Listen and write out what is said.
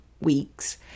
weeks